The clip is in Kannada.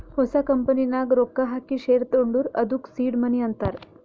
ಹೊಸ ಕಂಪನಿ ನಾಗ್ ರೊಕ್ಕಾ ಹಾಕಿ ಶೇರ್ ತಗೊಂಡುರ್ ಅದ್ದುಕ ಸೀಡ್ ಮನಿ ಅಂತಾರ್